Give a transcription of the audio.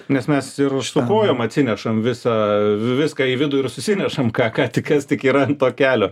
nes mes ir su kojom atsinešam visą viską į vidų ir susinešam ką tik kas tik yra ant to kelio